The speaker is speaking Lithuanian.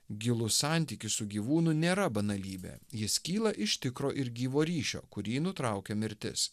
gilus santykis su gyvūnu nėra banalybė jis kyla iš tikro ir gyvo ryšio kurį nutraukia mirtis